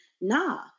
nah